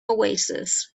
oasis